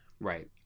right